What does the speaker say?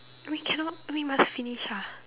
we cannot we must finish ah